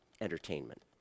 entertainment